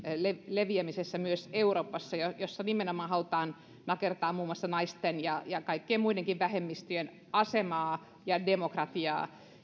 leviämisessä myös euroopassa sillä nimenomaan halutaan nakertaa muun muassa naisten ja ja kaikkien muidenkin vähemmistöjen asemaa ja demokratiaa